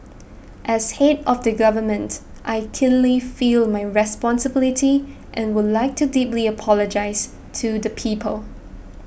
as head of the government I keenly feel my responsibility and would like to deeply apologise to the people